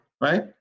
right